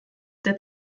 der